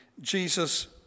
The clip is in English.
Jesus